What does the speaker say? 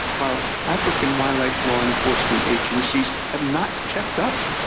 well, african wildlife law enforcement agencies have not kept up,